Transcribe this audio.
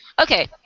Okay